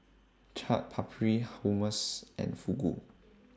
Chaat Papri Hummus and Fugu